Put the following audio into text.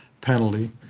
penalty